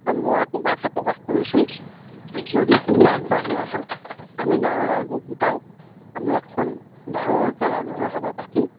এতিয়া মই তোমাক হে প্ৰকাশ কৰিছোঁ যদি তুমি আগবাঢ়ি আহা আমি গাঁৱৰ ৰাইজক গোটাই আমি এখন ডাঙৰকৈ ৰাজহুৱা সভা পাতিম